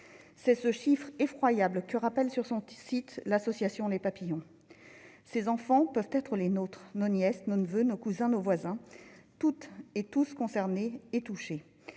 C'est ce chiffre effroyable que rappelle sur son site l'association Les Papillons. Ces enfants peuvent être les nôtres, nos nièces, nos neveux, nos cousins, nos voisins. Nous sommes toutes et tous concernés et touchés.